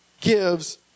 gives